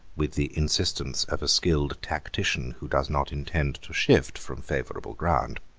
with the insistence of a skilled tactician who does not intend to shift from favourable ground.